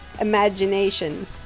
imagination